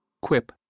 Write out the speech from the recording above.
Quip